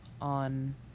on